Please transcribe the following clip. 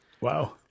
Wow